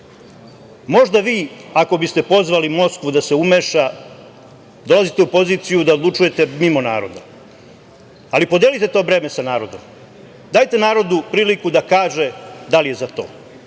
Možda vi ako biste pozvali Moskvu da se umeša, dolazite u poziciju da odlučujete mimo naroda, ali podelite to breme sa narodom. Dajte narodu priliku da kaže da li je za to.